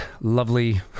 lovely